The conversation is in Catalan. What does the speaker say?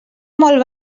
molt